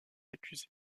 accusés